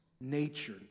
nature